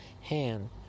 hand